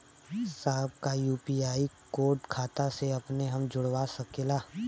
साहब का UPI code खाता से अपने हम जोड़ सकेला?